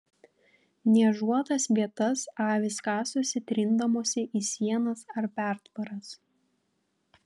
niežuotas vietas avys kasosi trindamosi į sienas ar pertvaras